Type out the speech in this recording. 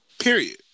Period